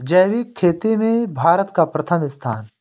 जैविक खेती में भारत का प्रथम स्थान